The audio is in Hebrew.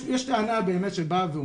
יש טענה באמת שבאה ואומרת,